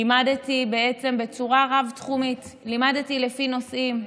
לימדתי בעצם בצורה רב-תחומית, לימדתי לפי נושאים.